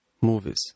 movies